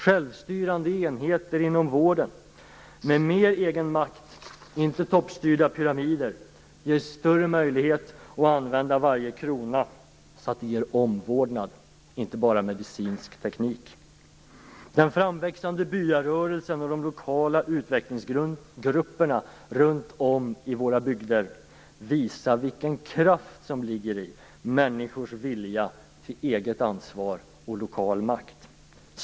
Självstyrande enheter inom vården med mer egen makt, inte toppstyrda pyramider, ger större möjlighet att använda varje krona så att den ger omvårdnad, inte bara medicinsk teknik. Den framväxande byarörelsen och de lokala utvecklingsgrupperna runt om i våra bygder visar vilken kraft som ligger i människors vilja till eget ansvar och lokal makt.